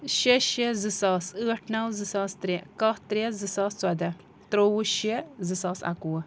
شےٚ شےٚ زٕ ساس ٲٹھ نَو زٕ ساس ترٛےٚ کَہہ ترٛےٚ زٕ ساس ژۄداہ ترٛوٚوُہ شےٚ زٕ ساس اَکہٕ وُہ